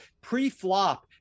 pre-flop